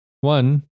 One